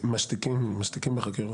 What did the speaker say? משלם ארנונה לנו, למועצה.